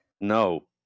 No